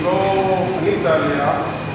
שלא ענית עליה.